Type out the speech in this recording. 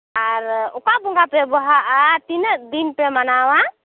ᱟᱨ ᱚᱠᱟ ᱵᱚᱸᱜᱟ ᱯᱮ ᱵᱟᱦᱟᱜᱼᱟ ᱛᱤᱱᱟᱹᱜ ᱫᱤᱱ ᱯᱮ ᱢᱟᱱᱟᱣᱟ